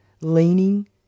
leaning